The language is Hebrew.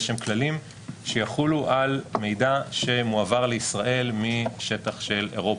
יש שם כללים שיחלו על מידע שמועבר לישראל משטח של אירופה,